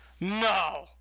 No